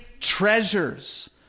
treasures